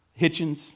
Hitchens